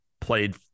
played